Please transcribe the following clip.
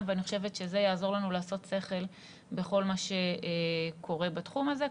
ואני חושבת שזה יעזור לנו לעשות שכל בכל מה שקורה בתחום הזה,